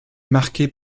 marquée